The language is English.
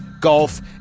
golf